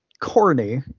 corny